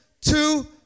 two